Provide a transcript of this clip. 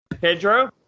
Pedro